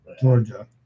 Georgia